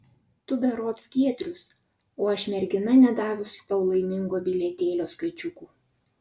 tu berods giedrius o aš mergina nedavusi tau laimingo bilietėlio skaičiukų